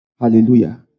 Hallelujah